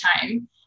time